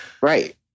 Right